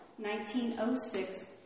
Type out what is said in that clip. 1906